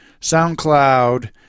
SoundCloud